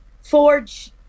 forge